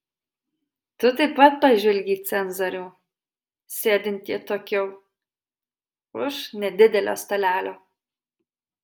tu taip pat pažvelgei į cenzorių sėdintį atokiau už nedidelio stalelio